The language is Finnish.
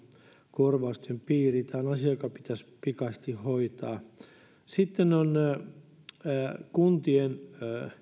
korvausten piiriin tämä on asia joka pitäisi pikaisesti hoitaa sitten kuntien